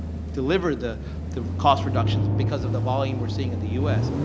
deliver the the cost reductions because of the volume we're seeing in the u s.